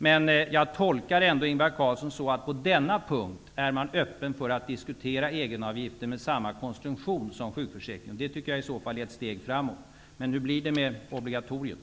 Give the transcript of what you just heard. Men jag tolkar ändå Ingvar Carlsson så, att på denna punkt är man öppen för att diskutera egenavgifter med samma konstruktion som sjukförsäkringen. Det tycker jag i så fall är ett steg framåt. Men hur blir det med obligatoriet?